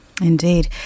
Indeed